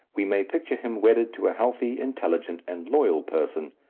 we may picture him wedded to a healthy, intelligent, and loyal person,